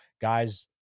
guys